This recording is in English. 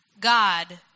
God